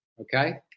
Okay